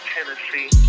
Tennessee